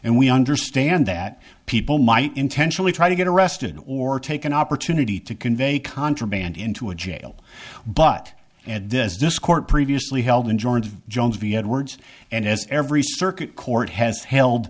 and we understand that people might intentionally try to get arrested or take an opportunity to convey contraband into a jail but at this discord previously held in joint jones viet words and as every circuit court has held